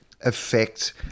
affect